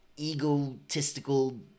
egotistical